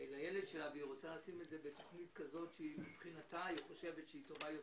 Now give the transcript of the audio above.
לילד שלך בתכנית שמבחינתך היא טובה יותר?